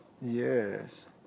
Yes